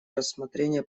рассмотрения